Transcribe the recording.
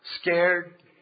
scared